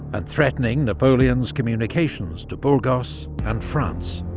and threatening napoleon's communications to burgos, and france.